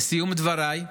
לסיום דבריי,